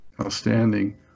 Outstanding